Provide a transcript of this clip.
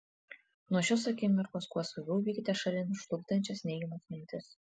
nuo šios akimirkos kuo skubiau vykite šalin žlugdančias neigiamas mintis